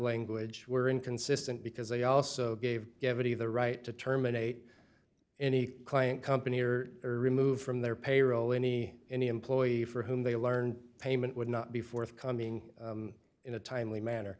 language were inconsistent because they also gave every the right to terminate any client company or remove from their payroll any any employee for whom they learned payment would not be forthcoming in a timely manner